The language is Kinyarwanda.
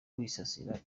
wisasiye